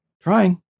trying